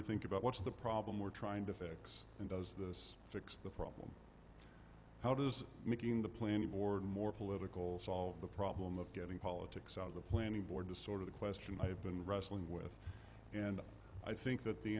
to think about what's the problem we're trying to fix and does this fix the problem how does making the planning board more political solve the problem of getting politics out of the planning board to sort of the question i've been wrestling with and i think that the